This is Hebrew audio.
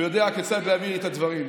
הוא יודע כיצד להביא את הדברים.